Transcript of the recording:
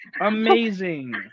Amazing